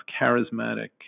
charismatic